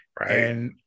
Right